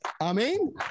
Amen